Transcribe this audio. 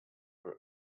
for